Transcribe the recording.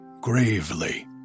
gravely